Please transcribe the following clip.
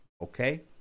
Okay